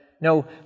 No